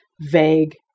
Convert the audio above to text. vague